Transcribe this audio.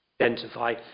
identify